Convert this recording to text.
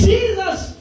Jesus